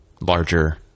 larger